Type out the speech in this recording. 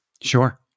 Sure